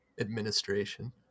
administration